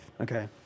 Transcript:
okay